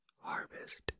harvest